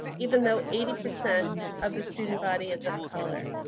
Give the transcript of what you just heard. even though eighty percent of the student body is of color.